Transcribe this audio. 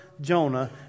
Jonah